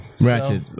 Ratchet